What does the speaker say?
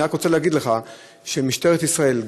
אני רק רוצה להגיד לך שמשטרת ישראל,